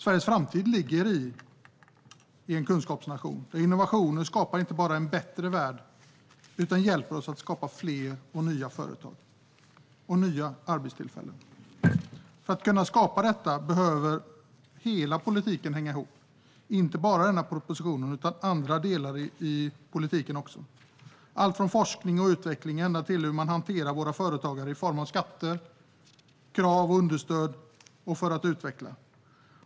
Sveriges framtid ligger i att vara en kunskapsnation, där innovationer inte bara skapar en bättre värld utan hjälper oss att skapa fler och nya företag och nya arbetstillfällen. För att detta ska kunna uppnås behöver hela politiken hänga ihop, inte bara denna proposition utan även andra delar i politiken - allt från forskning och utveckling till hur vi hanterar våra företagare när det gäller skatter, krav och understöd för att utveckla.